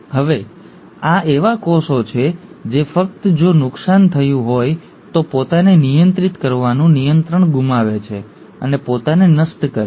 હવે આ એવા કોષો છે જે ફક્ત જો નુકસાન થયું હોય તો પોતાને નિયંત્રિત કરવાનું નિયંત્રણ ગુમાવે છે અને પોતાને નષ્ટ કરે છે